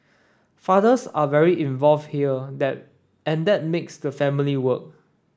fathers are very involve here that and that makes the family work